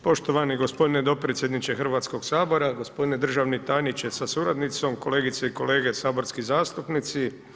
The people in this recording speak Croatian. Poštovani gospodine dopredsjedniče Hrvatskog sabora, gospodine državni tajniče sa suradnicom, kolegice i kolege saborski zastupnici.